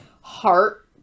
heart